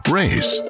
race